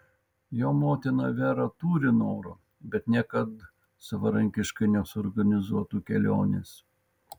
jo motina vera turi noro bet niekad savarankiškai nesuorganizuotų kelionės